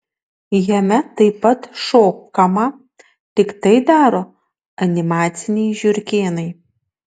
jame taip pat šokama tik tai daro animaciniai žiurkėnai